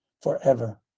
forever